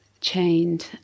chained